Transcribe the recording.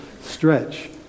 stretch